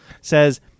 says